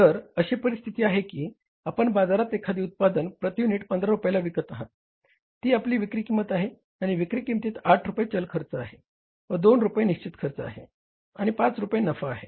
जर अशी परिस्थिती आहे की आपण बाजारात एखादे उत्पादन प्रति युनिट 15 रुपयाला विकत आहात ती आपली विक्री किंमत आहे आणि विक्री किंमतीत आठ रुपये चल खर्च आहे व दोन रुपये निश्चित खर्च आहे आणि पाच रुपये नफा आहे